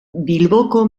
bilboko